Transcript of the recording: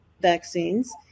vaccines